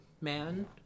Man